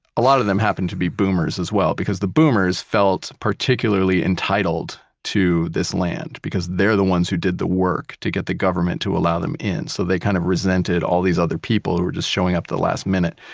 a lot of them happened to be boomers as well, because the boomers felt particularly entitled to this land, because they're the ones who did the work to get the government to allow them in. so, they kind of resented all these other people who were just showing up the last minute.